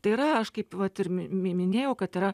tai yra aš kaip vat ir mi minėjau kad yra